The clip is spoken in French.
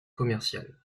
commerciales